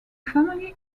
family